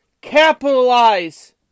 capitalize